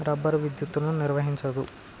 rubber విద్యుత్తును నిర్వహించదు